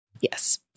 Yes